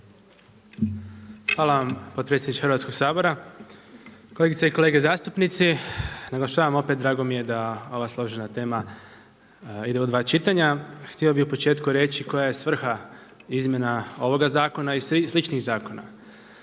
Hvala vam potpredsjedniče Hrvatskog sabora. Kolegice i kolege zastupnici. Naglašavam opet, drago mi je da ova složena tema ide u dva čitanja. Htio bih u početku reći koja je svrha izmjena ovoga zakona i sličnih zakona